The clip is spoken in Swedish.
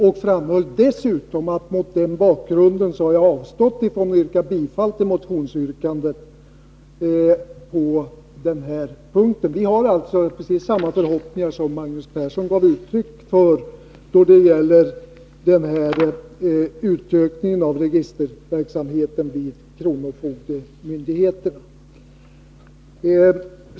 Jag framhöll dessutom att jag mot den bakgrunden avstod från att yrka bifall till motionsyrkandet på den punkten. Vi inom vpk har alltså precis samma förhoppningar som Magnus Persson gav uttryck för då det gäller utökningen av registerverksamheten vid kronofogdemyndigheterna.